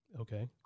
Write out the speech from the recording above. Okay